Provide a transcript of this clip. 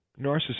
Narcissism